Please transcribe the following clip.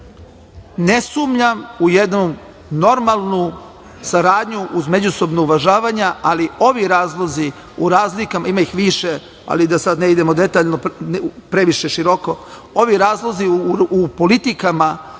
ne sumnjam u jednu normalnu saradnju uz međusobna uvažavanja, ali ovi razlozi u razlikama, ima ih više, ali da sada ne idemo detaljno, previše široko, ovi razlozi u politikama